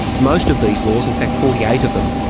most of these laws, in fact, forty eight of them,